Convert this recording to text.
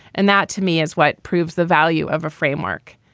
and that, to me is what proves the value of a framework.